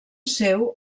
seu